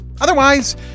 Otherwise